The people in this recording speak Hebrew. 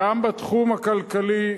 גם בתחום הכלכלי,